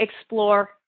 explore